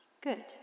Good